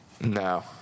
No